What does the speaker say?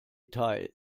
teil